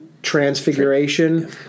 Transfiguration